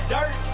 Dirt